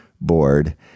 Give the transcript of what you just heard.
board